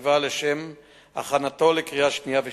הסביבה לשם הכנתו לקריאה שנייה ושלישית.